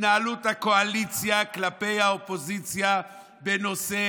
התנהלות הקואליציה כלפי האופוזיציה בנושא